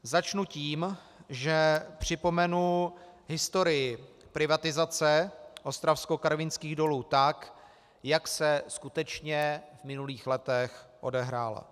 Začnu tím, že připomenu historii privatizace Ostravskokarvinských dolů tak, jak se skutečně v minulých letech odehrála.